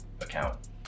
account